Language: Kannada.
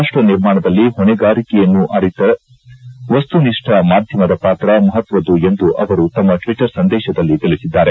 ರಾಷ್ಟ ನಿರ್ಮಾಣದಲ್ಲಿ ಹೊಣೆಗಾರಿಕೆಯನ್ನು ಅರಿತ ವಸ್ತುನಿಷ್ಠ ಮಾಧ್ಯಮದ ಪಾತ್ರ ಮಹತ್ವದ್ದು ಎಂದು ಅವರು ತಮ್ಮ ಟ್ಟಟ್ಟರ್ ಸಂದೇಶದಲ್ಲಿ ತಿಳಿಸಿದ್ದಾರೆ